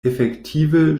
efektive